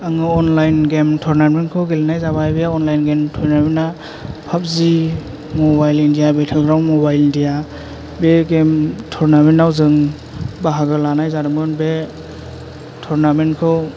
आङो online game थरनामेन्थखौ गेलेनाय जाबाय बे अनलाइन गेम थरनामेन्था फाबजि मबाइल इन्दिया बेथेल ग्रावन मबाइल इन्दिया बे गेम थरनामेनथाव जों बाहागो लानाय जादोंमोन बे थरनामेन्थखौ